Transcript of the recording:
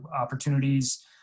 opportunities